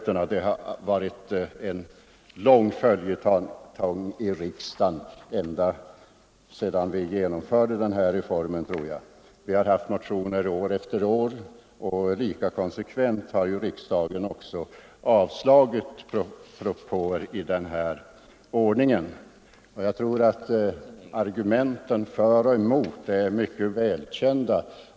Frågan har blivit en lång följetong i riksdagen ända sedan vi genomförde reformen, och vi har haft motioner år efter år. Men riksdagen har lika konsekvent avslagit alla propåer i det sammanhanget. Argumenten för och emot är välkända.